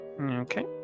Okay